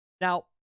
Now